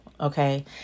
Okay